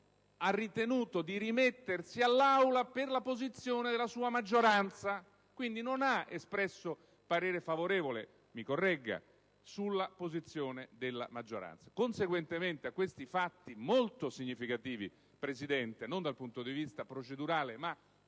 ha ritenuto di rimettersi all'Aula per la posizione della sua maggioranza, quindi, non ha espresso parere favorevole, mi corregga Presidente, sulla posizione della maggioranza. Conseguentemente, signora Presidente, per questi fatti molto significativi - non dal punto di vista procedurale ma